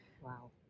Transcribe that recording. Wow